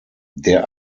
der